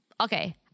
Okay